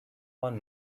one